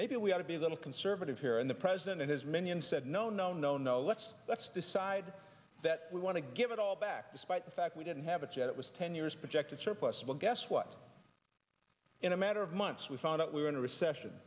maybe we ought to be a little conservative here and the president and his minions said no no no no let's let's decide that we want to give it all back despite the fact we didn't have a chat it was ten years projected surplus well guess what in a matter of months we found out we were in a recession